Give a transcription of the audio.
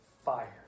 Fire